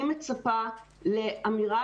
אני מצפה לאמירה